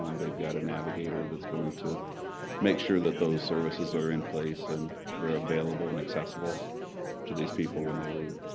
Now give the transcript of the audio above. um they've got a navigator that's going to make sure that those services are in place, and they're available and accessible to these people when they leave.